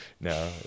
no